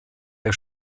der